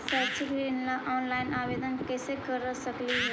शैक्षिक ऋण ला ऑनलाइन आवेदन कैसे कर सकली हे?